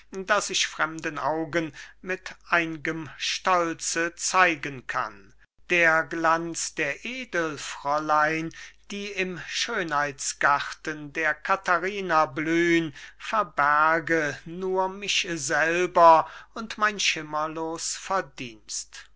das ich fremden augen mit ein'gem stolze zeigen kann der glanz der edelfräulein die im schönheitsgarten der katharina blühn verbärge nur mich selber und mein schimmerlos verdienst